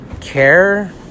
care